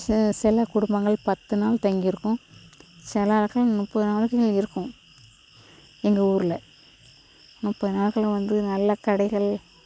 செ சில குடும்பங்கள் பத்து நாள் தங்கியிருக்கும் சில ஆட்கள் முப்பது நாளைக்கு இருக்கும் எங்கள் ஊரில் முப்பது நாட்களும் வந்து நல்லா கடைகள்